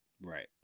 Right